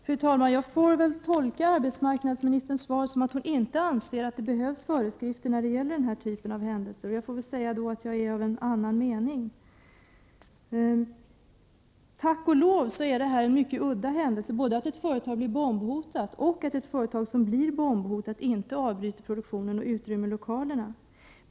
Fru talman! Jag får väl tolka arbetsmarknadsministerns svar så att hon inte anser att det behövs föreskrifter när det gäller den här typen av händelser. Och jag får väl då säga att jag är av en annan mening. Tack och lov är detta en mycket udda händelse — både att ett företag blir bombhotat och att ett företag som blir bombhotat inte avbryter produktionen och utrymmer lokalerna.